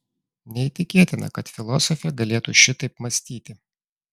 neįtikėtina kad filosofė galėtų šitaip mąstyti